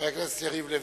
חבר הכנסת יריב לוין,